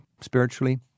spiritually